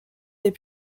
des